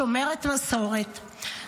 שומרת מסורת,